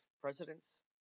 presidents